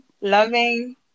loving